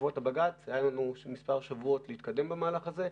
בעקבות הבג"ץ היה לנו מספר שבועות להתקדם במהלך הזה,